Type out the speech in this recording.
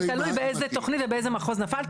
זה תלוי באיזו תוכנית ובאיזה מחוז נפלת,